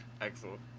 Excellent